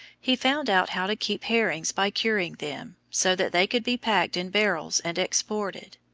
he found out how to keep herrings by curing them, so that they could be packed in barrels and exported.